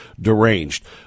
deranged